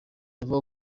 avuga